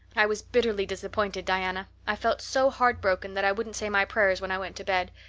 i was bitterly disappointed, diana. i felt so heartbroken that i wouldn't say my prayers when i went to bed.